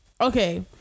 okay